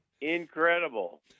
Incredible